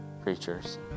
creatures